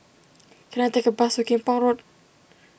can I take a bus to Kim Pong Road